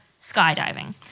skydiving